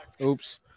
Oops